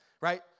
right